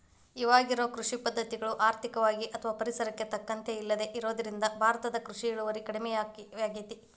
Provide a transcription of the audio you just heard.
ಇವಾಗಿರೋ ಕೃಷಿ ಪದ್ಧತಿಗಳು ಆರ್ಥಿಕವಾಗಿ ಅಥವಾ ಪರಿಸರಕ್ಕೆ ತಕ್ಕಂತ ಇಲ್ಲದೆ ಇರೋದ್ರಿಂದ ಭಾರತದ ಕೃಷಿ ಇಳುವರಿ ಕಡಮಿಯಾಗೇತಿ